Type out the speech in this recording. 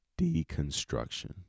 deconstruction